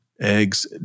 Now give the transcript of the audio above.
eggs